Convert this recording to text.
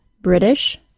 British